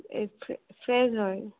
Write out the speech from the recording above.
এই ফ্ৰেছ হয়